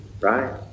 Right